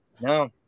No